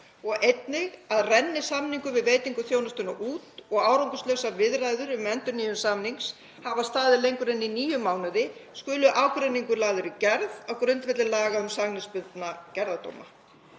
og einnig að renni samningur um veitingu þjónustunnar út og árangurslausar viðræður um endurnýjun samnings hafa staðið lengur en í níu mánuði skuli ágreiningur lagður í gerð á grundvelli laga um samningsbundna gerðardóma.